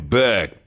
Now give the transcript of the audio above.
back